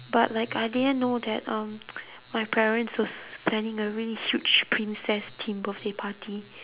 but like I didn't know that um my parents was planning a really huge princess themed birthday party